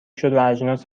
شدواجناس